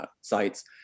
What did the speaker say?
sites